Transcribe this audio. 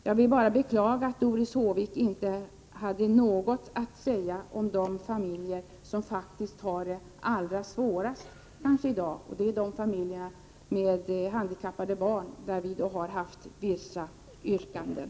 Jag vill bara beklaga att Doris Håvik inte hade något att säga om de familjer som har det allra svårast i dag. Det är familjer med handikappade barn, och där har vi haft vissa yrkanden.